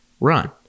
run